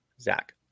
Zach